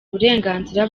uburenganzira